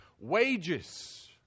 wages